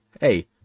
Hey